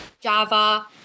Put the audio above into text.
Java